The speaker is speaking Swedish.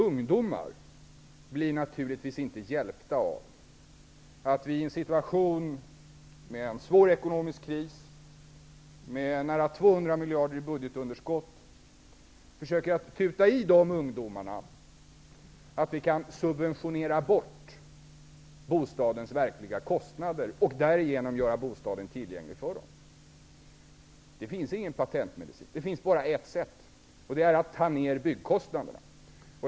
Ungdomar blir naturligtvis inte hjälpta av att vi i en situation med en svår ekonomisk kris och med nära 200 miljarder i budgetunderskott försöker tuta i dessa ungdomar att vi kan subventionera bort bostadens verkliga kostnader och därigenom göra bostaden tillgänglig för dem. Det finns ingen patentmedicin. Det finns bara ett sätt, och det är att ta ner byggkostnaderna.